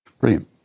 brilliant